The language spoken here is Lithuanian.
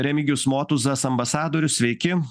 remigijus motuzas ambasadorius sveiki